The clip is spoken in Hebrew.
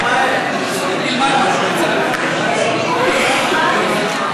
ביקורים מאסירים ביטחוניים המשתייכים לארגון טרור המחזיק